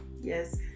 Yes